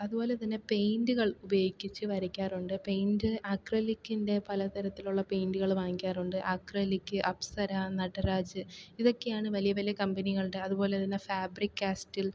അതുപോലെ തന്നെ പെയിൻറുകൾ ഉപയോഗിച്ച് വരയ്ക്കാറുണ്ട് പെയിൻറ് ആക്രിലിക്കിൻ്റെ പല തരത്തിലുള്ള പെയിൻറുകൾ വാങ്ങിക്കാറുണ്ട് ആക്രിലിക് അപ്സര നടരാജ് ഇതൊക്കെയാണ് വലിയ വലിയ കമ്പനികളുടെ അതുപോലെ തന്നെ ഫാബ്രിക്ക് കാസ്റ്റിൽ